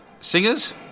singers